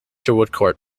woodcourt